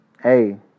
hey